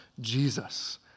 Jesus